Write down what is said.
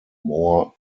moor